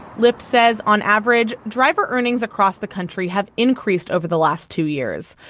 lyft says, on average, driver earnings across the country have increased over the last two years,